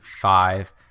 five